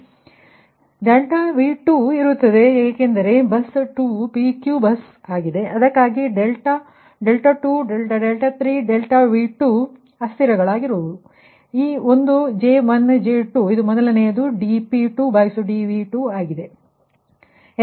ಆದ್ದರಿಂದ ∆V3 ನ ಯಾವುದೇ ಪ್ರಶ್ನೆಯು ಏಕೆ ಆದರೆ ∆V2 ಇರುತ್ತದೆ ∆V2 ಇರುತ್ತದೆ ಏಕೆಂದರೆ ಬಸ್ 2 PQ ಬಸ್ ಆಗಿದೆ ಅದಕ್ಕಾಗಿಯೇ ∆2 ∆δ3 ∆V2 3 ಅಸ್ಥಿರಗಳಾಗಿರುವುದು ಇದಕ್ಕಾಗಿಯೇ ಈ ಒಂದು J1 J2 ಇದು ಮೊದಲನೆಯದು dp2dV2 ಆಗಿರುತ್ತದೆ